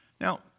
Now